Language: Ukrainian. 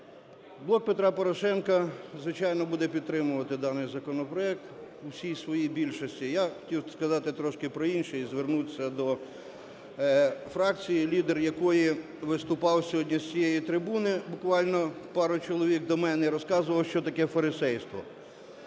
"Блок Петра Порошенка", звичайно, буде підтримувати даний законопроект у всій своїй більшості. Я хотів би сказати трошки про інше і звернутися до фракції, лідер якої виступав сьогодні з цієї трибуни, буквально пару чоловік до мене, і розказував, що таке фарисейство.